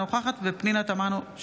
אינה נוכחת פנינה תמנו,